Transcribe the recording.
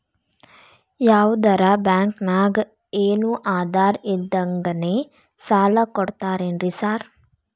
ಯಾವದರಾ ಬ್ಯಾಂಕ್ ನಾಗ ಏನು ಆಧಾರ್ ಇಲ್ದಂಗನೆ ಸಾಲ ಕೊಡ್ತಾರೆನ್ರಿ ಸಾರ್?